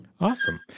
awesome